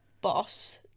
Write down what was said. boss